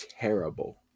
terrible